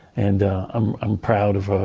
and i'm i'm proud of ah